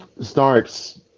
starts